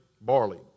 barley